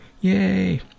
Yay